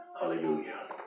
hallelujah